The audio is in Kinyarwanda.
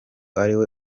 ariwe